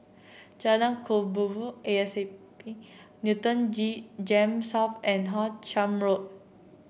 Jalan Kelabu Asap Newton G Gems South and How Charn Road